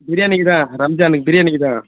பிரியாணிக்கு தான் ரம்ஜானுக்கு பிரியாணிக்கு தான்